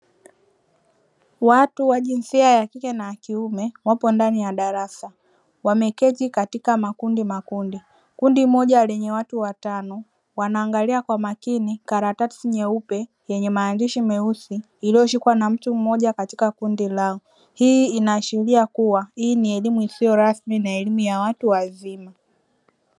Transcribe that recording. Watu wa jinsia ya kike na ya kiume wapo ndani ya darasa wameketi katika makundi makundi, kundi moja lenye watu watano wanaangalia kwa makini karatasi nyeupe yenye maandishi meusi iliyoshikwa na mtu mmoja katika kundi lao, hii inaashiria kuwa hii ni elimu isiyo rasmi na elimu ya watu wazima.